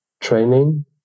training